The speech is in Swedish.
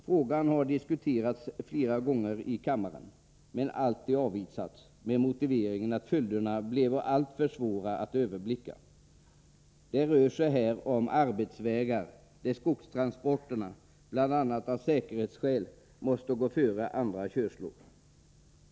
Frågan har diskuterats i kammaren flera gånger, men förslaget har alltid avvisats med motiveringen att följderna bleve alltför svåra att överblicka. Det rör sig här om arbetsvägar där skogstransporterna bl.a. av säkerhetsskäl måste gå före andra körslor.